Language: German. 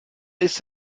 ist